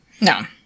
No